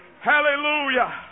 Hallelujah